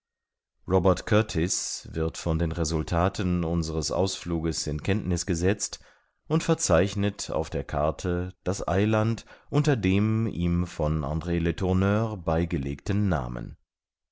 robert kurtis wird von den resultaten unseres ausfluges in kenntniß gesetzt und verzeichnet auf der karte das eiland unter dem ihm von andr letourneur beigelegten namen